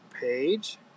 page